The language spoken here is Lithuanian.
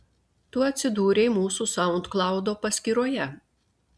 tu atsidūrei mūsų saundklaudo paskyroje